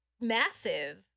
massive